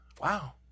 Wow